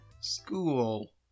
school